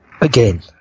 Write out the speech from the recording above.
Again